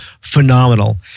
phenomenal